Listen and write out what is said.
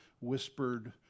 whispered